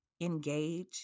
engage